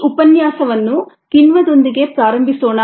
ಈ ಉಪನ್ಯಾಸವನ್ನು ಕಿಣ್ವಗಳೊಂದಿಗೆ ಪ್ರಾರಂಭಿಸೋಣ